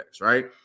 right